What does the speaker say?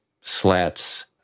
slats